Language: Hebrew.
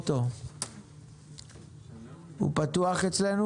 אבל אם זה מה שצריך, אז זה מה שצריך.